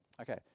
Okay